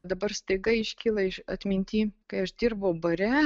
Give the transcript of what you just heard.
dabar staiga iškyla iš atminty kai aš dirbau bare